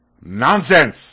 Nonsense